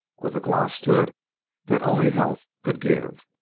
with a gloss to it that only health could give.